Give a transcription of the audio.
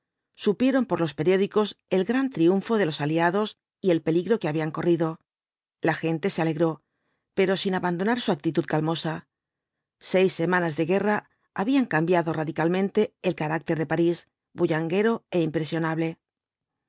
supieron por los periódicos el gran triunfo de los aliados y el peligro que habían corrido la gente se alegró pero sin abandonar su actitud calmosa seis semanas de guerra habían cambiado radicalmente el carácter de parís bullanguero é impresionable